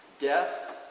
Death